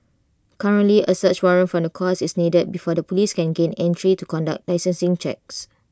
currently A search warrant from the courts is needed before the Police can gain entry to conduct licensing checks